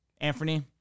Anthony